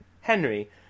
Henry